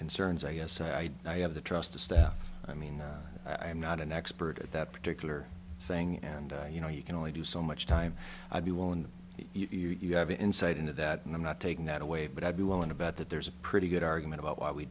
concerns i guess i have the trust of staff i mean i'm not an expert at that particular thing and you know you can only do so much time i'd be willing you have insight into that and i'm not taking that away but i'd be willing to bet that there's a pretty good argument about why we